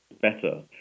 better